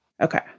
Okay